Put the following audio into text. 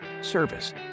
service